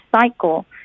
cycle